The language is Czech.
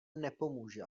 nepomůže